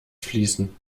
fließen